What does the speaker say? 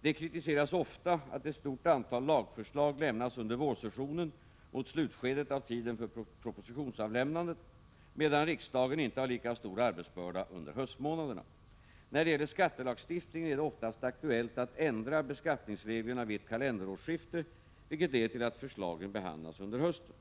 Det kritiseras ofta att ett stort antal lagförslag lämnas under vårsessionen mot slutskedet av tiden för propositionsavlämnandet, medan riksdagen inte har lika stor arbetsbörda under höstmånaderna. När det gäller skattelagstiftningen är det oftast aktuellt att ändra beskattningsreglerna vid ett kalenderårsskifte, vilket leder till att förslagen behandlas under hösten.